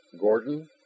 Gordon